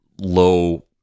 low